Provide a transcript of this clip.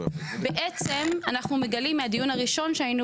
בעצם אנחנו מגלים מהדיון הראשון שהיינו